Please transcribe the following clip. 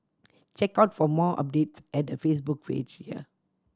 check out for more updates at her Facebook page here